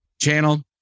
channel